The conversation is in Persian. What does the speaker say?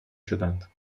شدند